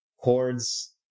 chords